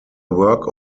work